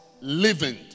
living